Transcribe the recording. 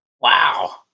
Wow